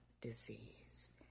disease